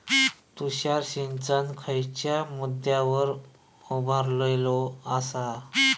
तुषार सिंचन खयच्या मुद्द्यांवर उभारलेलो आसा?